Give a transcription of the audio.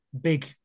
big